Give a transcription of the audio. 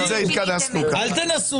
היום.